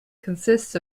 consists